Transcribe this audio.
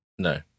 No